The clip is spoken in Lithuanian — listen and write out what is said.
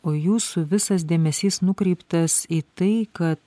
o jūsų visas dėmesys nukreiptas į tai kad